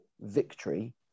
victory